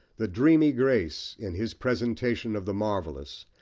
the dreamy grace, in his presentation of the marvellous,